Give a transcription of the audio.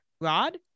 Rod